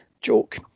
joke